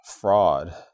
fraud